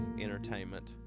entertainment